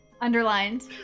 underlined